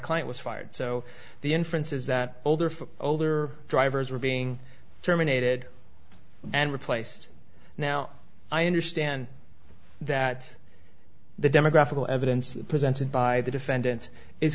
client was fired so the inference is that older folks older drivers were being terminated and replaced now i understand that the demographical evidence presented by the defendant is